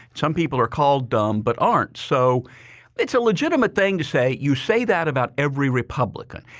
some people are called dumb but aren't. so it's a legitimate thing to say you say that about every republican.